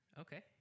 Okay